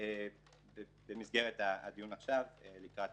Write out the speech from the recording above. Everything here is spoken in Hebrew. במסגרת הדיון עכשיו לקראת